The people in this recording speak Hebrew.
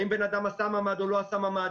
האם הבן אדם עשה ממ"ד או לא עשה ממ"ד,